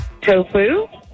Tofu